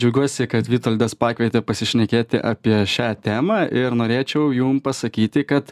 džiaugiuosi kad vitoldas pakvietė pasišnekėti apie šią temą ir norėčiau jum pasakyti kad